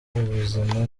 ubuzima